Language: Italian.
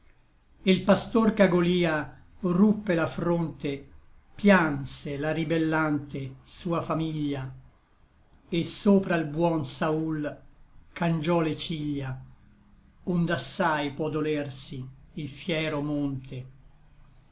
l pastor ch'a golia ruppe la fronte pianse la ribellante sua famiglia et sopra l buon saúl cangiò le ciglia ond'assai può dolersi il fiero monte